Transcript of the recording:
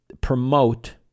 promote